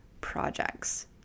projects